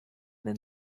then